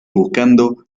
buscando